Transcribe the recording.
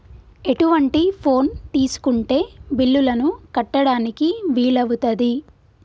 ఎటువంటి ఫోన్ తీసుకుంటే బిల్లులను కట్టడానికి వీలవుతది?